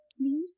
please